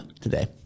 today